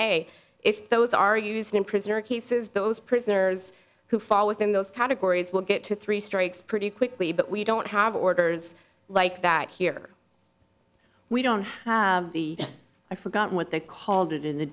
a if those are used in prison or cases those prisoners who fall within those categories will get to three strikes pretty quickly but we don't have orders like that here we don't have the i forgot what they called it in the